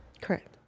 correct